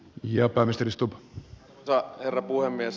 arvoisa herra puhemies